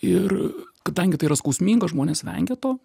ir kadangi tai yra skausminga žmonės vengia to